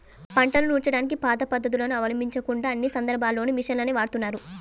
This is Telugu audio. పంటను నూర్చడానికి పాత పద్ధతులను అవలంబించకుండా అన్ని సందర్భాల్లోనూ మిషన్లనే వాడుతున్నారు